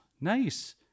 Nice